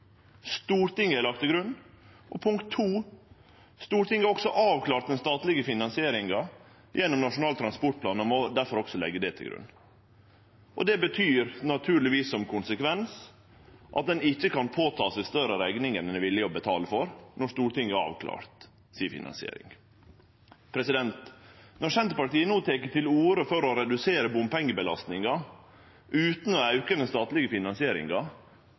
Stortinget har avklart den statlege finansieringa gjennom Nasjonal transportplan og må difor også leggje det til grunn. Det har naturlegvis som konsekvens at ein ikkje kan ta på seg ei større rekning enn ein er villig til å betale for, når Stortinget har avklart si finansiering. Når Senterpartiet no tek til orde for å redusere bompengebelastninga utan å auke den statlege finansieringa,